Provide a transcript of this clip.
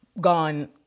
Gone